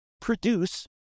produce